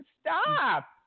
Stop